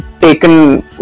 taken